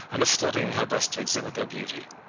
and of studying how best to exhibit their beauty.